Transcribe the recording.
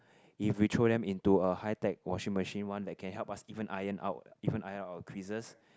if we throw them into a high tech washing machine one that can help us even iron out even iron out our creases